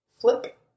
Flip